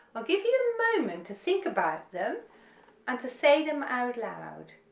i'll give you a moment to think about them and to say them out loud